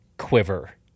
quiver